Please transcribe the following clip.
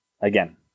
again